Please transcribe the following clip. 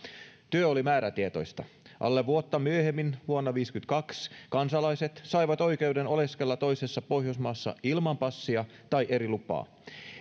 työ oli määrätietoista alle vuotta myöhemmin vuonna viisikymmentäkaksi kansalaiset saivat oikeuden oleskella toisessa pohjoismaassa ilman passia tai eri lupaa